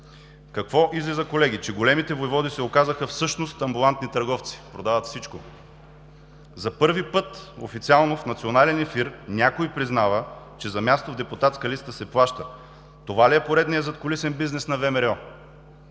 Какво излиза, колеги? Че големите войводи се оказаха всъщност амбулантни търговци, продават всичко. За първи път официално в национален ефир някой признава, че за място в депутатска листа се плаща. Това ли е поредният задкулисен бизнес на ВМРО?